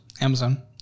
Amazon